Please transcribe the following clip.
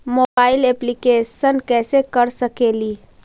Mobile application कैसे कर सकेली?